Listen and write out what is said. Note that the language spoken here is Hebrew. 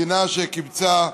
מדינה שקיבצה,